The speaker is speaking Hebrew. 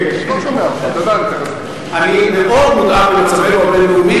אתה כל כך מודאג ממצבנו הבין-לאומי,